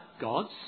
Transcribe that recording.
gods